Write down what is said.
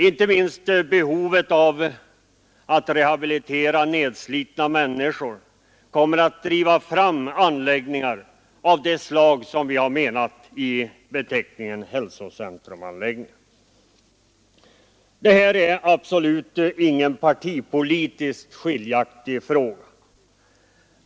Inte minst behovet av att rehabilitera nedslitna människor kommer att driva fram anläggningar av det slag som vi har kallat för hälsocentrumanläggningar. Detta är ingen partipolitiskt skiljande fråga.